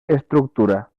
estructura